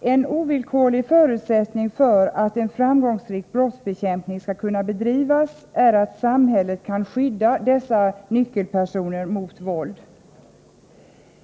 En ovillkorlig förutsättning för att en framgångsrik brottsbekämpning skall kunna bedrivas är att samhället skall skydda dessa nyckelpersoner mot våld.